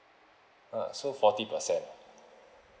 ah so forty percent ah